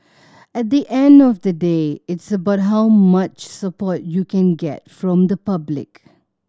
at the end of the day it's about how much support you can get from the public